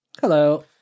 hello